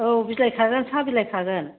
औ बिलाइ खागोन साहा बिलाइ खागोन